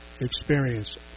experience